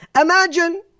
Imagine